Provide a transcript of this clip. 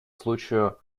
случаю